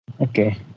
Okay